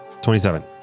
27